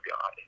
God